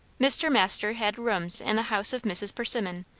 mr. masters had rooms in the house of mrs. persimmon,